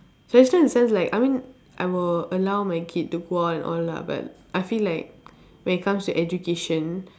to a certain extent like I mean I will allow my kid to go out and all lah but I feel like when it comes to education